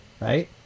right